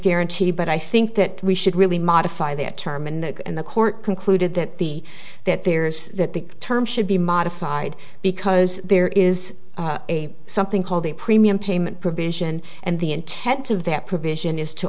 guarantee but i think that we should really modify that term and in the court concluded that the that there's that the term should be modified because there is something called the premium payment provision and the intent of that provision is to